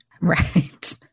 Right